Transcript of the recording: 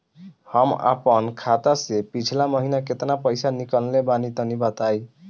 हम आपन खाता से पिछला महीना केतना पईसा निकलने बानि तनि बताईं?